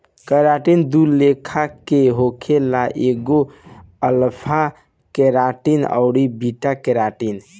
keratin दू लेखा के होखेला एगो अल्फ़ा केराटिन अउरी बीटा केराटिन